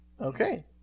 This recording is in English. Okay